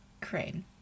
Crane